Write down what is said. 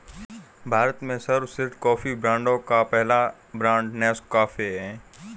भारत में सर्वश्रेष्ठ कॉफी ब्रांडों का पहला ब्रांड नेस्काफे है